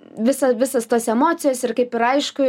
visą visas tas emocijas ir kaip ir aišku